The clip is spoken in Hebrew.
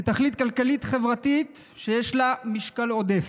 כתכלית כלכלית-חברתית שיש לה משקל עודף.